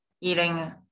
eating